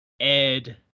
Ed